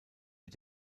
mit